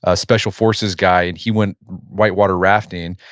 ah special forces guy and he went white water rafting,